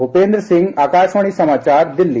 भूपेन्द्र सिंह आकाशवाणी समाचार दिल्ली